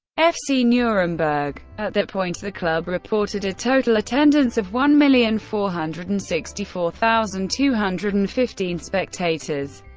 fc nurnberg. at that point, the club reported a total total attendance of one million four hundred and sixty four thousand two hundred and fifteen spectators,